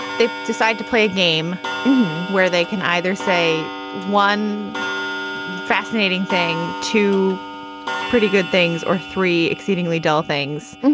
they decide to play a game where they can either say one fascinating thing, two pretty good things or three exceedingly dull things.